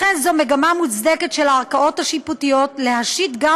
לכן זו מגמה מוצדקת של הערכאות השיפוטיות להשית גם